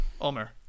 Omer